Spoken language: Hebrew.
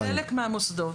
בחלק מהמוסדות.